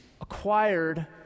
acquired